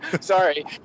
Sorry